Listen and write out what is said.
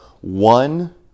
one